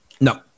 No